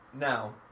Now